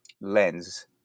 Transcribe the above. lens